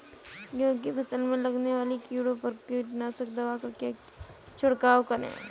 गेहूँ की फसल में लगने वाले कीड़े पर किस कीटनाशक का छिड़काव करें?